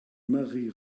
marie